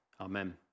Amen